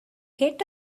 take